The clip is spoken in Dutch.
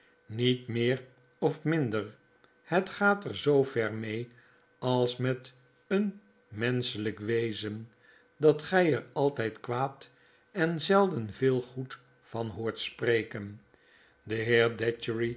niet meer of minder het gaat er zoover mee als met eenmenscheip wezen dat gy er altyd kwaad en zelden veel goed van hoort spreken